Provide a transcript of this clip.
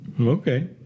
Okay